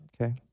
Okay